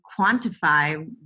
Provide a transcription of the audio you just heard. quantify